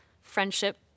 friendship